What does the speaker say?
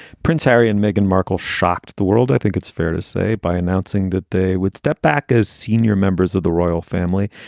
prince harry and meghan markle shocked the world. i think it's fair to say by announcing that they would step back as senior members of the royal family,